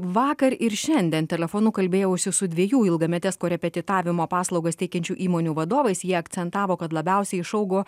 vakar ir šiandien telefonu kalbėjausi su dviejų ilgametes korepetitavimo paslaugas teikiančių įmonių vadovais jie akcentavo kad labiausiai išaugo